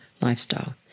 lifestyle